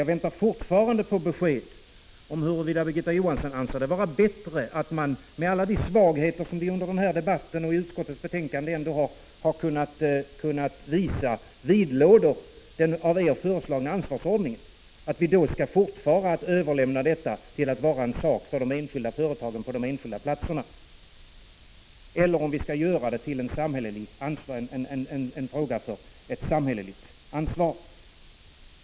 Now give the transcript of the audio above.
Jag väntar fortfarande på besked om huruvida Birgitta Johansson anser att det är bättre, med alla de svagheter som vi under denna debatt och i utskottets betänkande har kunnat visa vidlåder den av er föreslagna ansvarsordningen, att vi skall fortfara att överlämna denna produktion som en uppgift för de enskilda företagen på de enskilda platserna eller om vi skall göra den till en fråga för samhälleligt ansvar.